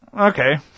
okay